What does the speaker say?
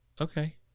Okay